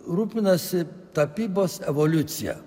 rūpinasi tapybos evoliucija